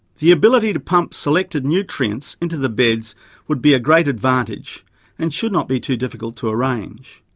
the ability to pump selected nutrients into the beds would be a great advantage and should not be too difficult to arrange.